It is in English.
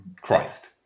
Christ